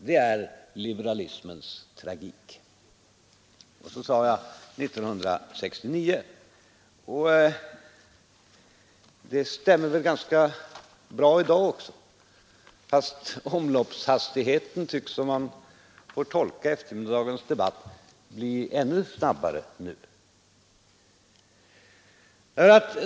Det är liberalismens tragik.” Detta som jag sade 1969 stämmer ganska bra i dag också. Omloppshastigheten tycks emellertid, att döma av eftermiddagens debatt, bli ännu snabbare nu.